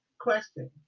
Question